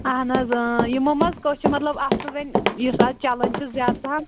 اہن حظ ٲں یِمو منٛز کۄس چھِ مطلب اصٕل وۅنۍ یُس اَز چَلان چھِ زیادٕ پَہم